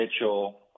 Mitchell